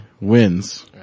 wins